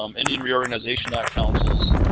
um indian reorganization act councils,